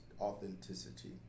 authenticity